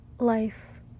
Life